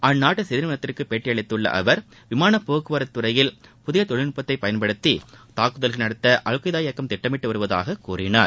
அந்நாட்டு செய்தி நிறுவனத்திற்கு பேட்டி அளித்துள்ள அவர் விமானப்போக்குவரத்துத்துறையில் புதிய தொழில்நுட்பத்தை பயன்படுத்தி தாக்குதல்கள் நடத்த அல்கொய்தா இயக்கம் திட்டமிட்டு வருவதாக அவர் கூறினார்